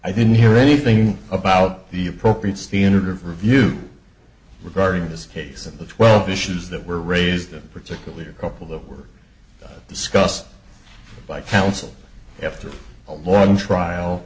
i didn't hear anything about the appropriate standard of review regarding this case and the twelve issues that were raised and particularly a couple that were discussed by counsel after a long trial